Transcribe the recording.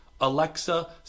Alexa